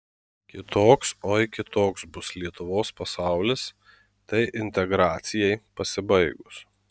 kitoks oi kitoks bus lietuvos pasaulis tai integracijai pasibaigus